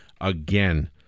again